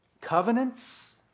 covenants